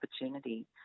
opportunity